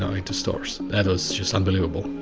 ah into stores. that was unbelievable.